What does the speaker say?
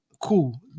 Cool